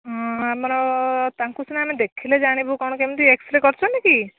ହଁ ଆମର ତାଙ୍କୁ ସିନା ଆମେ ଦେଖିଲେ ଜାଣିବୁ କ'ଣ କେମିତି ଏକ୍ସରେ କରିଛନ୍ତି କି